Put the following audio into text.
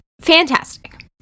fantastic